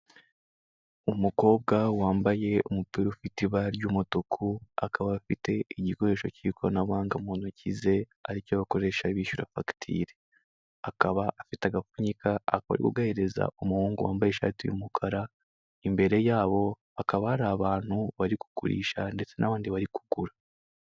Umukobwa wambaye umupira ufite ibara ry'umutuku akaba afite igikoresho cy'ikoranabuhanga mu ntoki ze aricyo akoresha bishyura fagitire, akaba afite agafunyika ari kugahereza umuhungu wambaye ishati y'umukara, imbere yabo hakaba hari abantu bari kugurisha ndetse n'abandi bari kugura.